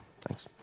Thanks